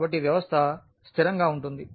కాబట్టి వ్యవస్థ స్థిరంగా ఉంటుంది